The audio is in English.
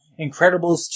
incredibles